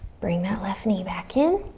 bring that left knee back in.